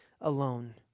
alone